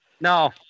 No